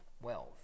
wealth